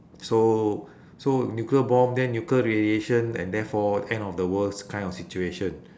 so so nuclear bomb then nuclear radiation and therefore end of the world kind of situation